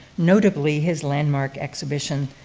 notably his landmark exhibition,